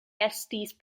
estis